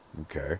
okay